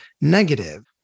negative